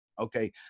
Okay